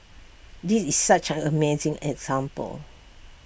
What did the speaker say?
this is such an amazing example